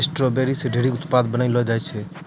strawberry से ढेरी उत्पाद बनैलो जाय छै